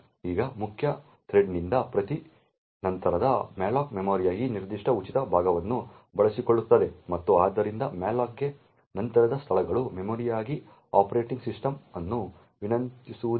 ಈಗ ಮುಖ್ಯ ಥ್ರೆಡ್ನಿಂದ ಪ್ರತಿ ನಂತರದ malloc ಮೆಮೊರಿಯ ಈ ನಿರ್ದಿಷ್ಟ ಉಚಿತ ಭಾಗವನ್ನು ಬಳಸಿಕೊಳ್ಳುತ್ತದೆ ಮತ್ತು ಆದ್ದರಿಂದ malloc ಗೆ ನಂತರದ ಸ್ಥಳಗಳು ಮೆಮೊರಿಗಾಗಿ ಆಪರೇಟಿಂಗ್ ಸಿಸ್ಟಮ್ ಅನ್ನು ವಿನಂತಿಸುವುದಿಲ್ಲ